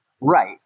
Right